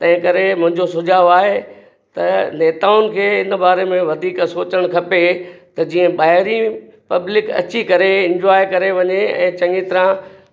तंहिं करे मुंहिंजो सुझाव आहे त नेताउनि खे हिन बारे में वधीक सोचणु खपे त जीअं ॿाहिरीं पब्लिक अची इंजॉए करे वञे ऐं चङी तरह